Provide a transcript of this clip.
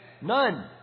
None